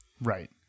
right